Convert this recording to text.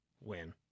win